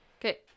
Okay